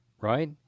right